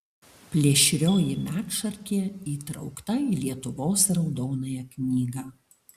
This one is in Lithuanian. plėšrioji medšarkė įtraukta į lietuvos raudonąją knygą